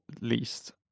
least